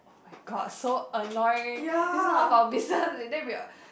oh-my-god so annoying it's none of our business and then we're